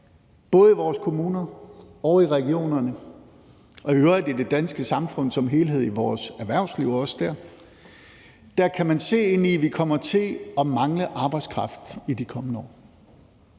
både i vores kommuner og i regionerne og i øvrigt i det danske samfund som helhed og også i vores erhvervsliv kan se ind i, at vi kommer til at mangle arbejdskraft i de kommende år.